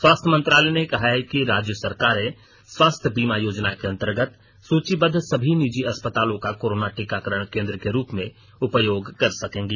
स्वास्थ्य मंत्रालय ने कहा है कि राज्य सरकारें स्वास्थ्य बीमा योजना के अंतर्गत सूचीबद्ध सभी निजी अस्पतालों का कोरोना टीकाकरण केन्द्र के रूप में उपयोग कर सकेंगी